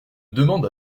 demandes